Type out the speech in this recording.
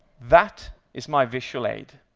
that is my visual aid.